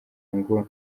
ngo